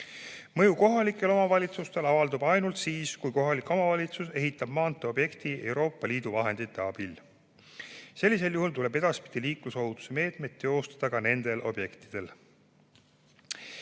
Mõju kohalikele omavalitsustele avaldub ainult siis, kui kohalik omavalitsus ehitab maanteeobjekti Euroopa Liidu vahendite abil. Sellisel juhul tuleb edaspidi liiklusohutuse meetmeid teostada ka nendel objektidel.